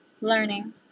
learning